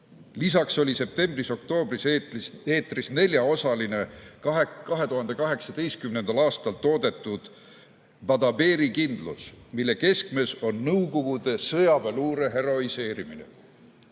Lisaks oli septembris-oktoobris eetris neljaosaline 2018. aastal toodetud "Badaberi kindlus", mille keskmes on Nõukogude sõjaväeluure heroiseerimine.